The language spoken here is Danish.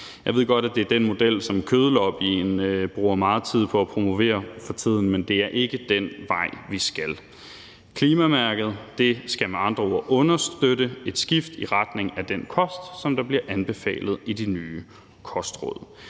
Jeg ved godt, at det er den model, som kødlobbyen bruger meget tid på at promovere for tiden, men det er ikke den vej, vi skal. Klimamærket skal med andre ord understøtte et skift i retning af den kost, som der bliver anbefalet i de nye kostråd.